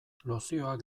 lozioak